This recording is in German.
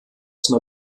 für